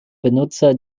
benutzer